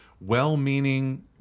well-meaning